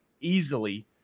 easily